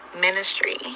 Ministry